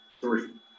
Three